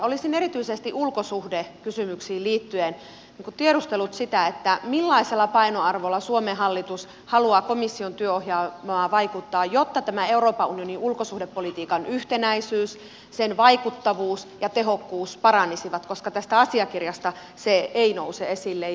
olisin erityisesti ulkosuhdekysymyksiin liittyen tiedustellut sitä millaisella painoarvolla suomen hallitus haluaa komission työohjelmaan vaikuttaa jotta tämä euroopan unionin ulkosuhdepolitiikan yhtenäisyys sen vaikuttavuus ja tehokkuus paranisivat koska tästä asiakirjasta se ei nouse esille